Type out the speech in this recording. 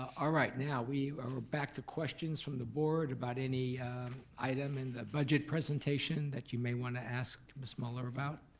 right, now we are back to questions from the board about any item in the budget presentation that you may want to ask miss muller about.